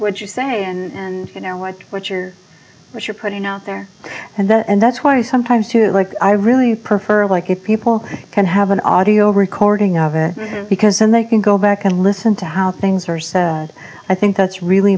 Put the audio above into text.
would you say and you know what what your what you're putting out there and that and that's why sometimes too like i really prefer like if people can have an audio recording of it because then they can go back and listen to how things are so i think that's really